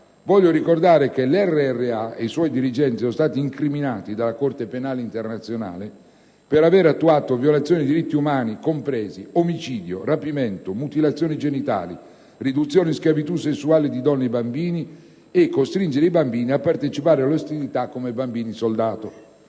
Vorrei ricordare che l'LRA e i suoi dirigenti sono stati incriminati dalla Corte penale internazionale per avere attuato violazioni dei diritti umani compresi omicidio, rapimento, mutilazione dei genitali, riduzione in schiavitù sessuale di donne e bambini, costringendo tra l'altro i bambini stessi a partecipare alle ostilità come bambini soldato.